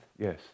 Yes